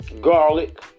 garlic